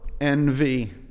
envy